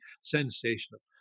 sensational